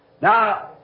Now